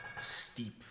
steep